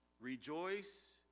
Rejoice